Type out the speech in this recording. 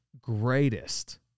greatest